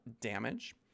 damage